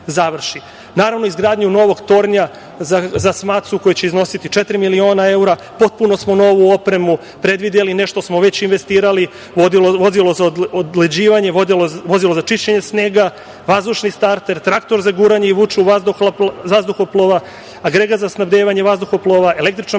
Naravno, izgradnju novog tornja za SMATS-u koja će iznositi četiri miliona evra, potpuno smo novu opremu predvideli, nešto smo već investirali, vozilo za odleđivanje, vozilo za čišćenje snega, vazdušni starter, traktor za guranje i vuču vazduhoplova, agregat za snabdevanje vazduhoplova, električnom